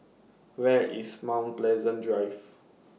Where IS Mount Pleasant Drive